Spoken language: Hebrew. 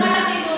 פנינה, תני לי.